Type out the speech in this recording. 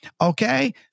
okay